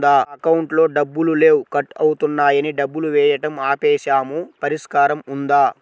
నా అకౌంట్లో డబ్బులు లేవు కట్ అవుతున్నాయని డబ్బులు వేయటం ఆపేసాము పరిష్కారం ఉందా?